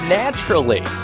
naturally